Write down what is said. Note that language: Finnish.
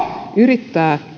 yrittää